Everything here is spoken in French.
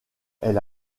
elle